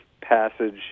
passage